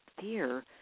fear